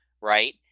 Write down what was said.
right